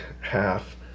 half